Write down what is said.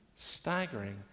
Staggering